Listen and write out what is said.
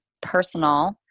personal